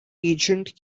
agent